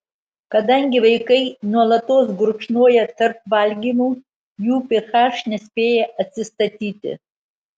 kadangi vaikai nuolatos gurkšnoja tarp valgymų jų ph nespėja atsistatyti